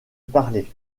parlée